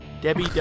Debbie